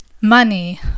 money